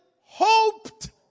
hoped